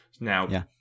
Now